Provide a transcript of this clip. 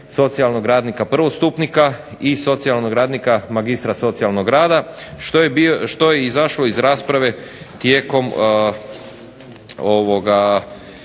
socijalnog radnika prvostupnika i socijalnog radnika magistra socijalnog rada što je izašlo iz rasprave tijekom